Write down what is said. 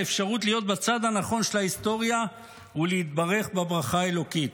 האפשרות להיות בצד הנכון של ההיסטוריה ולהתברך בברכה האלוקית.